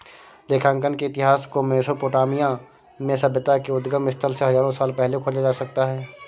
लेखांकन के इतिहास को मेसोपोटामिया में सभ्यता के उद्गम स्थल से हजारों साल पहले खोजा जा सकता हैं